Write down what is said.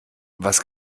was